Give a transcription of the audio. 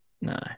no